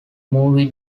movie